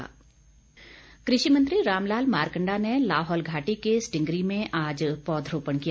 मारकंडा कृषि मंत्री रामलाल मारकंडा ने लाहौल घाटी के स्टिंगरी में आज पौधरोपण किया